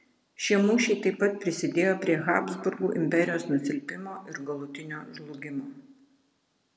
šie mūšiai taip pat prisidėjo prie habsburgų imperijos nusilpimo ir galutinio žlugimo